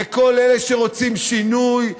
לכל אלה שרוצים שינוי,